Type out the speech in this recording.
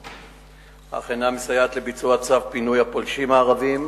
אך אינה מסייעת לביצוע צו פינוי הפולשים הערבים